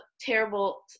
terrible